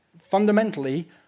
Fundamentally